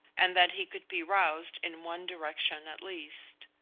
and that he could be roused in one direction at least.